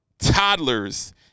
toddlers